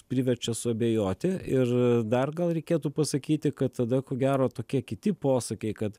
priverčia suabejoti ir dar gal reikėtų pasakyti kad tada ko gero tokie kiti posakiai kad